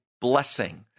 blessing